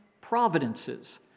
providences